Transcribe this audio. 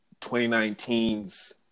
2019's